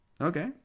Okay